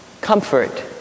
comfort